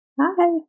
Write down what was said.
Hi